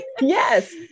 Yes